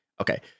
okay